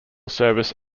service